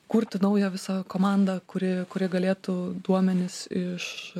kurti naują visą komandą kuri kuri galėtų duomenis iš